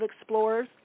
explorers